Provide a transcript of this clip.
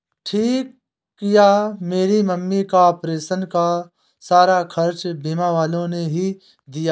ठीक किया मेरी मम्मी का ऑपरेशन का सारा खर्चा बीमा वालों ने ही दिया